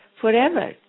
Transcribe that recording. forever